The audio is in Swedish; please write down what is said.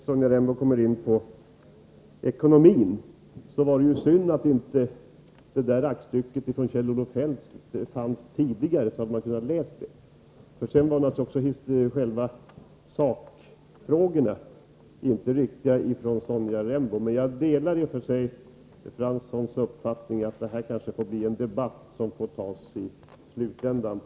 Sonja Rembo kom också in på ekonomin. Det var synd att inte aktstycket från Kjell-Olof Feldt fanns tidigare så att man hade kunnat läsa det. Sonja Rembos sakframställning var inte riktig. Jag delar i och för sig Arne Franssons uppfattning att denna debatt får föras i sessionens slutända.